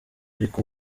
ariko